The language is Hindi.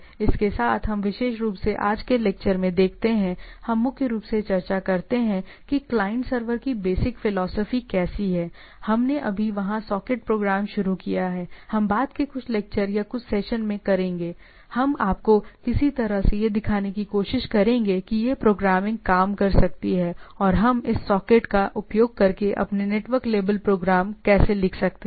इसके साथ हम विशेष रूप से आज के लेक्चर में देखते हैं हम मुख्य रूप से चर्चा करते हैं कि क्लाइंट सर्वर की बेसिक फिलॉसफी कैसी है हमने अभी वहां सॉकेट प्रोग्राम शुरू किया है हम बाद के कुछ लेक्चर या कुछ सेशन में करेंगे हम आपको किसी तरह यह दिखाने की कोशिश करेंगे कि यह प्रोग्रामिंग काम कर सकती है और हम इस सॉकेट का उपयोग करके अपने नेटवर्क लेबल प्रोग्राम कैसे लिख सकते हैं